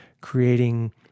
creating